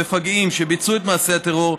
המפגעים שביצעו את מעשי הטרור,